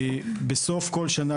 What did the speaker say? בסוף כל שנה,